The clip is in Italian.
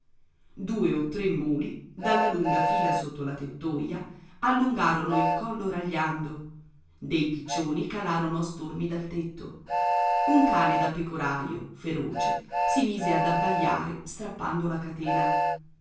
due o tre muli dalla lunga fila sotto la tettoia allungarono il collo ragliando dei piccioni calarono a stormi dal tetto un cane da pecoraio feroce si mise ad abbaiare strappando la catena